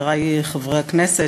חברי חברי הכנסת,